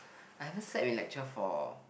I haven't slept in lecture for